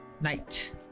Night